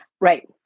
Right